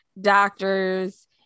doctors